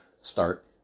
start